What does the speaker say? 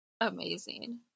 amazing